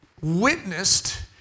witnessed